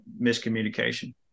miscommunication